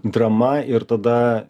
drama ir tada